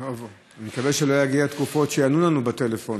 טוב, אני מקווה שלא יגיעו תקופות שיענו לנו בטלפון